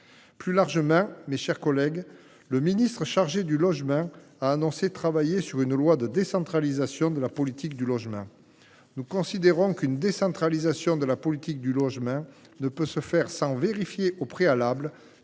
Plus largement, mes chers collègues, le ministre chargé du logement a annoncé travailler sur une loi de décentralisation de la politique du logement. Nous considérons qu’une décentralisation de la politique du logement ne peut se faire sans vérifier au préalable